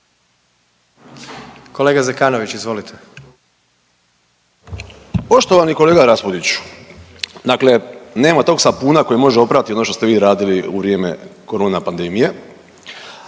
**Zekanović, Hrvoje (HDS)** Poštovani kolega Raspudiću, dakle nema tog sapuna koji može oprati ono što ste vi radili u vrijeme corona pandemije,